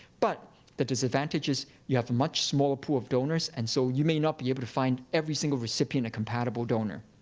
but the disadvantage is you have a much smaller pool of donors, and so you may not be able to find every single recipient a compatible donor.